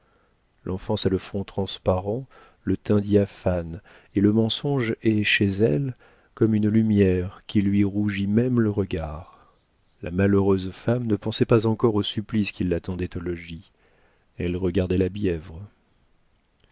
l'enfance a le front transparent le teint diaphane et le mensonge est chez elle comme une lumière qui lui rougit même le regard la malheureuse femme ne pensait pas encore au supplice qui l'attendait au logis elle regardait la bièvre